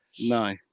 No